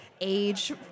age